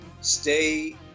stay